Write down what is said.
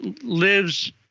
lives